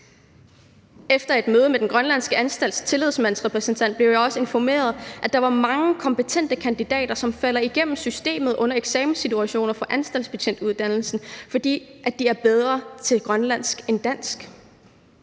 Efter et møde med den grønlandske anstalts tillidsmand blev jeg også informeret om, at der var mange kompetente kandidater, som falder igennem systemet under eksamenssituationer ved anstaltsbetjentuddannelsen, fordi de er bedre til grønlandsk end til dansk.